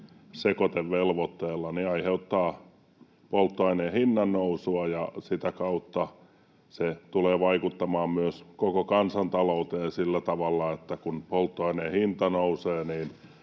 sekoitevelvoitteella aiheuttaa polttoaineen hinnannousua ja sitä kautta tulee vaikuttamaan myös koko kansantalouteen sillä tavalla, että kun polttoaineen hinta nousee,